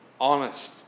honest